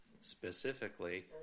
specifically